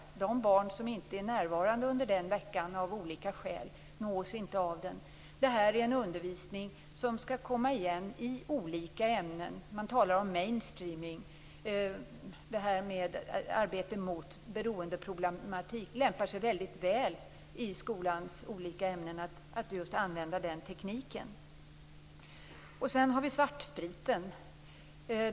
De barn som inte är närvarande under den veckan, av olika skäl, nås inte av den. Det här är en undervisning som skall komma igen i olika ämnen. Det talas om mainstreaming, arbete mot beroendeproblematik, och det lämpar sig mycket väl att i skolans olika ämnen använda just den tekniken. Sedan har vi svartspriten.